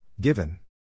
Given